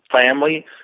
Family